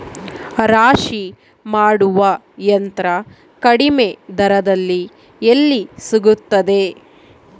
ರಾಶಿ ಮಾಡುವ ಯಂತ್ರ ಕಡಿಮೆ ದರದಲ್ಲಿ ಎಲ್ಲಿ ಸಿಗುತ್ತದೆ?